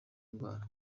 ndwara